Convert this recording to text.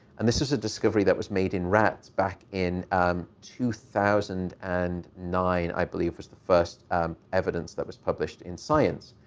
and this is a discovery that was made in rats back in two thousand and nine, i believe, was the first evidence that was published in science.